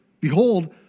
Behold